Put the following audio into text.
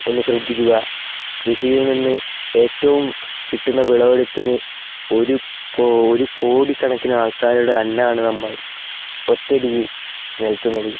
ഒന്ന് ശ്രദ്ധിക്കുക കൃഷിയിൽ നിന്ന് ഏറ്റവും കിട്ടുന്ന വിളവെടുപ്പിന് ഒരു ഒരു കോടിക്കണക്കിന് ആൾക്കാരുടെ അന്നമാണ് നമ്മൾ ഒറ്റ അടിക്ക് നികത്തുന്നത്